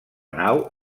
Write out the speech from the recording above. nau